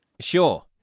Sure